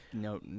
no